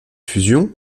fusion